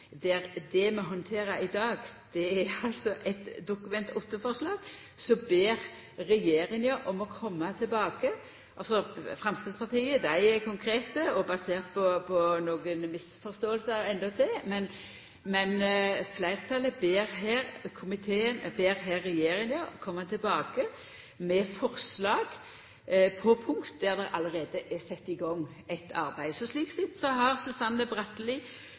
der ein ber regjeringa koma tilbake. Framstegspartiet sitt forslag er konkret og basert på nokre misforståingar i tillegg. Men komiteen ber her regjeringa koma tilbake med forslag til punkt der det allereie er sett i gang eit arbeid. Slik sett har Susanne Bratli så absolutt alt sitt